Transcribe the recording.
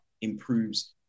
improves